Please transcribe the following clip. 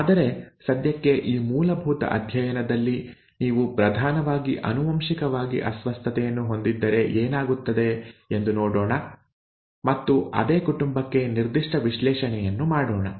ಆದರೆ ಸದ್ಯಕ್ಕೆ ಈ ಮೂಲಭೂತ ಅಧ್ಯಾಯದಲ್ಲಿ ನೀವು ಪ್ರಧಾನವಾಗಿ ಆನುವಂಶಿಕವಾಗಿ ಅಸ್ವಸ್ಥತೆಯನ್ನು ಹೊಂದಿದ್ದರೆ ಏನಾಗುತ್ತದೆ ಎಂದು ನೋಡೋಣ ಮತ್ತು ಅದೇ ಕುಟುಂಬಕ್ಕೆ ನಿರ್ದಿಷ್ಟ ವಿಶ್ಲೇಷಣೆಯನ್ನು ಮಾಡೋಣ